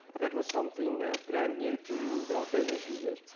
that was something brand new to our business users.